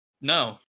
no